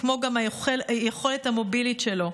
כמו גם ליכולת המובילית שלו.